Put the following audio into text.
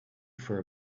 for